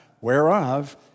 whereof